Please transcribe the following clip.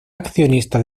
accionista